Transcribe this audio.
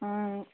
ம்